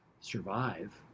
survive